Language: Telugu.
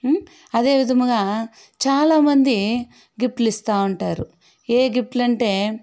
అదేవిధంగా చాలామంది గిఫ్ట్లు ఇస్తూ ఉంటారు ఏ ఏ గిఫ్ట్లు అంటే